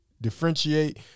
differentiate